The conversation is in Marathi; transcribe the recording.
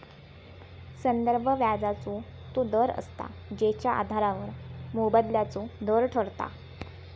संदर्भ व्याजाचो तो दर असता जेच्या आधारावर मोबदल्याचो दर ठरता